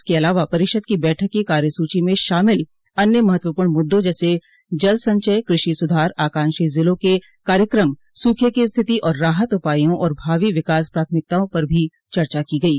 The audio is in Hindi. इसके अलावा परिषद की बैठक की कार्यसूची में शामिल अन्य महत्वपूर्ण मुददों जैसे जल संचय कृषि सुधार आकांक्षी ज़िलों के कार्यक्रम सुखे की स्थिति और राहत उपायों और भावी विकास प्राथमिकताओं पर भी चर्चा की गयी